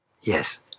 Yes